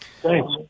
Thanks